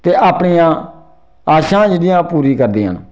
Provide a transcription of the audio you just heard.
ते अपनियां आशां जेह्ड़ियां पूरी करदियां न